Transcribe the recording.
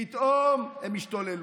פתאום הם השתוללו,